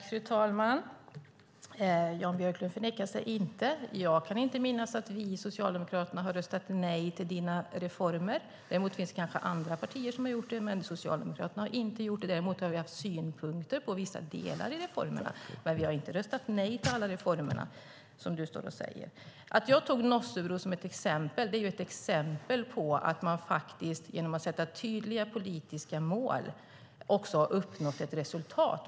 Fru talman! Jan Björklund förnekar sig inte. Jag kan inte minnas att vi socialdemokrater skulle ha röstat nej till hans reformer. Däremot finns det kanske andra partier som gjort det. Socialdemokraterna har inte gjort det. Vi har haft synpunkter på vissa delar av reformerna, men vi har inte röstat nej till alla reformer, som ministern står och säger. Nossebro är ett exempel på att man genom att sätta upp tydliga politiska mål också har uppnått resultat.